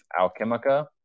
Alchemica